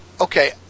okay